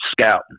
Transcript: scouting